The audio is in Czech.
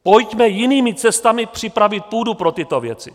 Pojďme jinými cestami připravit půdu pro tyto věci.